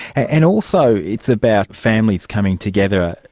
and also it's about families coming together,